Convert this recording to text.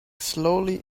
slowly